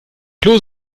klose